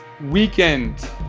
weekend